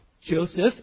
Joseph